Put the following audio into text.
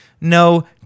No